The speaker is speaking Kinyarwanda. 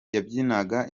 yabyinaga